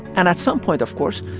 and at some point, of course,